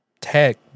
tech